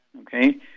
Okay